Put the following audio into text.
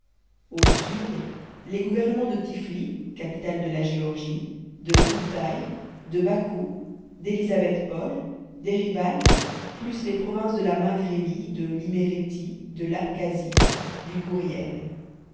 au sud les gouvernements de tiflis capitale de la géorgie de koutaïs de bakou d'élisabethpol d'érivan plus les provinces de la mingrélie de l'iméréthie de l'abkasie du gouriel